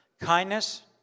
Kindness